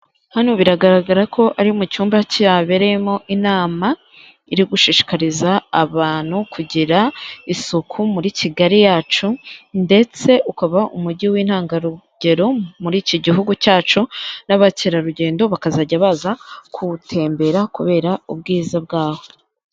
Hano biragaragara ko ari mu cyumba cyabereyemo inama iri gushishikariza abantu kugira isuku muri Kigali yacu, ndetse ukaba umugi w'intangarugero muri iki gihugu cyacu, n'abakerarugendo bakazajya baza kuwutembera kubera ubwiza bwawo.